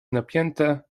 napięte